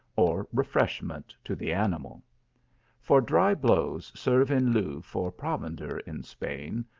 or refreshment to the animal for dry blows serve in lieu for provender in spain,